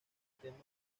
temas